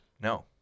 No